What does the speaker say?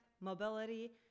mobility